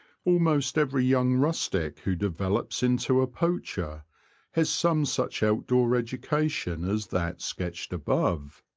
almost every young rustic who develops into a poacher has some such outdoor education as that sketched above.